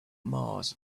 mars